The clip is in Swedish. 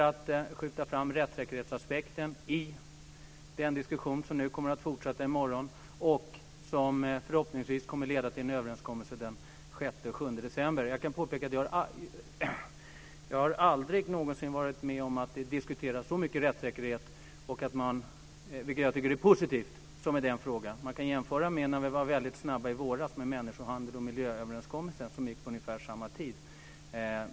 Jag kommer att skjuta fram rättssäkerhetsaspekten i den diskussion som kommer att fortsätta i morgon och som förhoppningsvis kommer att leda till en överenskommelse den 6-7 december. Jag kan påpeka att jag aldrig någonsin varit med om att det diskuteras så mycket rättssäkerhet, vilket jag tycker är positivt, som i denna fråga. Man kan jämföra med hur snabba vi var i våras då det gällde människohandeln och miljööverenskommelsen, som gick på ungefär samma tid.